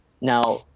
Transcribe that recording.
now